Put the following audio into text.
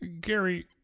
Gary